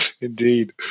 indeed